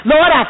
Lord